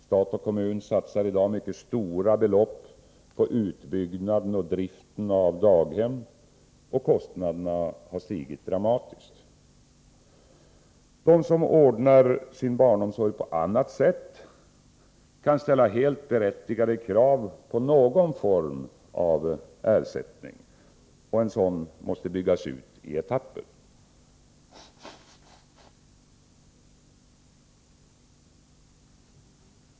Stat och kommun satsar i dag mycket stora belopp på utbyggnaden och driften av daghem, och kostnaderna har stigit dramatiskt. De som ordnar sin barnomsorg på annat sätt kan ställa helt berättigade krav på någon form av ersättning. En sådan måste byggas ut i etapper.